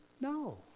No